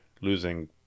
losing